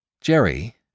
Jerry